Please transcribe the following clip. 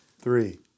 Three